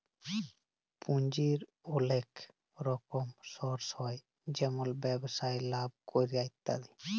পুঁজির ওলেক রকম সর্স হ্যয় যেমল ব্যবসায় লাভ ক্যরে ইত্যাদি